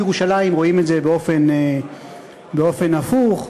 שבירושלים רואים את זה באופן הפוך,